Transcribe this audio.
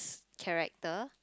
character